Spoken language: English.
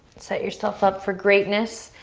set yourself up for greatness.